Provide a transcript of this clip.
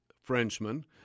Frenchman